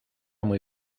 muy